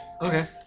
Okay